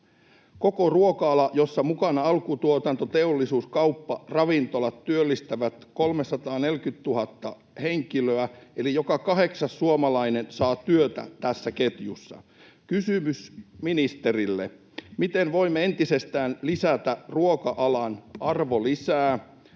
Koko ruoka-ala, jossa on mukana alkutuotanto, teollisuus, kauppa, ravintolat, työllistää 340 000 henkilöä, eli joka kahdeksas suomalainen saa työtä tässä ketjussa. Kysymys ministerille: miten voimme entisestään lisätä ruoka-alan arvonlisää